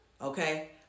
Okay